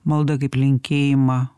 maldą kaip linkėjimą